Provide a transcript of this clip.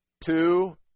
Two